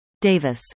Davis